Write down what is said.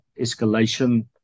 escalation